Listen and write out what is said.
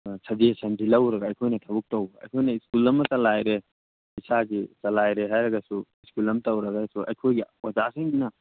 ꯁꯖꯦꯁꯟꯁꯤ ꯂꯧꯔꯒ ꯑꯩꯈꯣꯏꯅ ꯊꯕꯛ ꯇꯧꯕ ꯑꯩꯈꯣꯏꯅ ꯁ꯭ꯀꯨꯜ ꯑꯃ ꯆꯂꯥꯏꯔꯦ ꯏꯁꯥꯒꯤ ꯆꯂꯥꯏꯔꯦ ꯍꯥꯏꯔꯒꯁꯨ ꯁ꯭ꯀꯨꯜ ꯑꯃ ꯇꯧꯔꯒꯁꯨ ꯑꯩꯈꯣꯏꯒꯤ ꯑꯣꯖꯥꯁꯤꯡꯁꯤꯅ